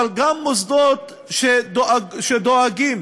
אבל גם מוסדות שדואגים